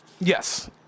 Yes